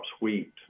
wheat